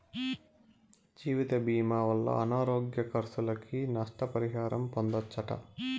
జీవితభీమా వల్ల అనారోగ్య కర్సులకి, నష్ట పరిహారం పొందచ్చట